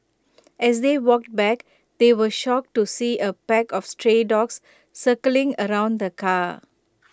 as they walked back they were shocked to see A pack of stray dogs circling around the car